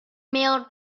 mailed